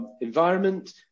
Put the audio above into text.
environment